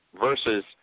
versus